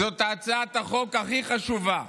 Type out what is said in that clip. זו הצעת החוק הכי חשובה.